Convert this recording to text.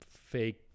fake